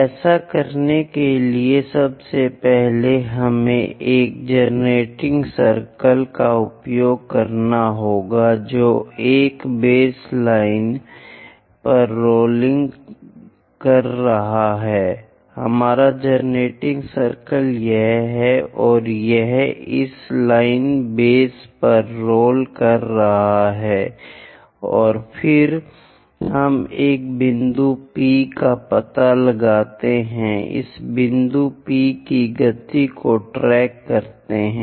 ऐसा करने के लिए सबसे पहले हमें एक जनरेटिंग सर्कल का उपयोग करना होगा जो एक बेसलाइन पर रोलिंग कर रहा है हमारा जेनरेटिंग सर्कल यह है और यह इस लाइन बेस पर रोलिंग कर रहा है और फिर हम एक बिंदु P का पता लगाते हैं इस बिंदु P की गति को ट्रैक करते हैं